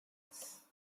province